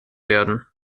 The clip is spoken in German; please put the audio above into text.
werden